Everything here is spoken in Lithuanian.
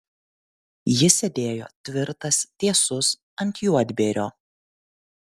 jis sėdėjo tvirtas tiesus ant juodbėrio